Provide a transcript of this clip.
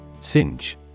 Singe